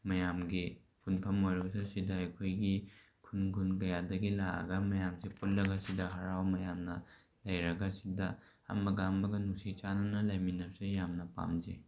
ꯃꯌꯥꯝꯒꯤ ꯄꯨꯟꯐꯝ ꯑꯣꯏꯔꯒꯁꯨ ꯁꯤꯗ ꯑꯩꯈꯣꯏꯒꯤ ꯈꯨꯟ ꯈꯨꯟ ꯀꯌꯥꯗꯒꯤ ꯂꯥꯛꯑꯒ ꯃꯌꯥꯝꯁꯦ ꯄꯨꯜꯂꯒ ꯁꯤꯗ ꯍꯔꯥꯎ ꯇꯌꯥꯝꯅ ꯂꯩꯔꯒ ꯁꯤꯗ ꯑꯃꯒ ꯑꯃꯒ ꯅꯨꯡꯁꯤ ꯆꯥꯟꯅꯅ ꯂꯩꯃꯤꯟꯅꯕꯁꯦ ꯌꯥꯝꯅ ꯄꯥꯝꯖꯩ